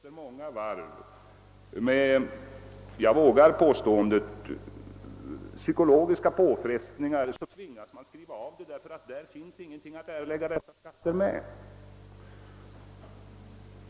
Efter många varv med jag vågar påstå psykologiska påfrestningar tvingas man skriva av skatteskulderna därför att vederbörande inte har någonting att erlägga dessa skatter med.